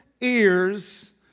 ears